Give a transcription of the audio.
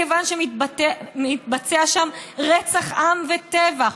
כי מתבצע שם רצח עם וטבח.